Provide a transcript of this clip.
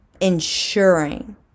ensuring